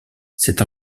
cette